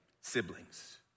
Siblings